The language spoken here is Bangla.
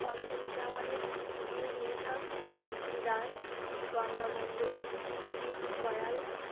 অষ্টমী প্রামাণিক পিউ মৃধা মাম্পি দাস গঙ্গা মণ্ডল প্রীতি কয়াল